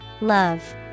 Love